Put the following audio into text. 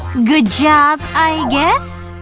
good job, i guess?